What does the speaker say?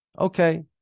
Okay